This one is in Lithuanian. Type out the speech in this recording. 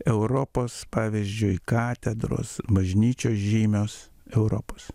europos pavyzdžiui katedros bažnyčios žymios europos